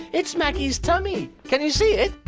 it's maggie's tummy. can you see it?